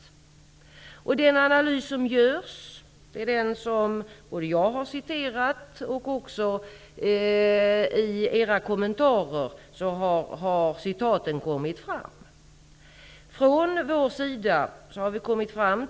Vi gör nu en analys, som jag har citerat och som också ni har nämnt i era kommentarer.